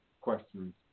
questions